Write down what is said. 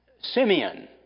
Simeon